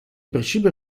principio